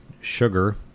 sugar